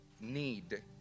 need